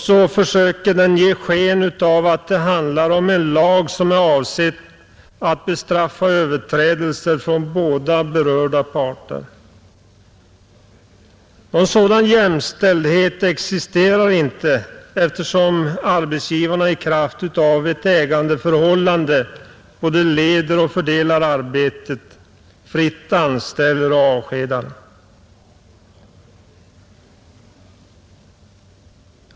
Så försöker den ge sken av att det handlar om en lag som är avsedd att straffa överträdelse från båda berörda parter, Sådan jämställdhet existerar inte eftersom arbetsgivarna i kraft av ett ägandeförhållande både leder och fördelar arbetet och fritt anställer och avskedar.